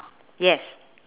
yes